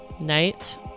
night